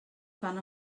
fan